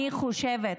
אני חושבת